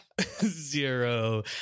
Zero